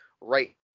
right